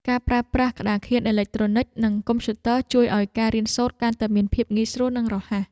ការប្រើប្រាស់ក្តារខៀនអេឡិចត្រូនិកនិងកុំព្យូទ័រជួយឱ្យការរៀនសូត្រកាន់តែមានភាពងាយស្រួលនិងរហ័ស។